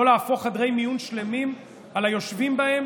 לא להפוך חדרי מיון שלמים על היושבים בהם